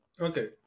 Okay